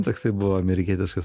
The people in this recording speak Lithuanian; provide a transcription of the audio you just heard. toksai buvo amerikietiškas